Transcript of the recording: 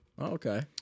okay